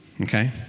okay